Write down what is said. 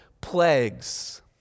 plagues